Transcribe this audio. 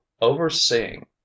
overseeing